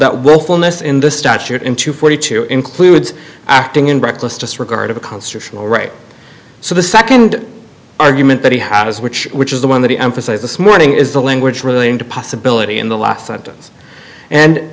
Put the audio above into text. fulness in the statute in two forty two includes acting in reckless disregard of a constitutional right so the second argument that he had is which which is the one that he emphasized this morning is the language relating to possibility in the last sentence and